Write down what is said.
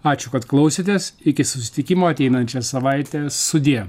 ačiū kad klausėtės iki susitikimo ateinančią savaitę sudie